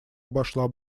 обошла